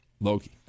Loki